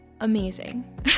amazing